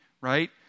right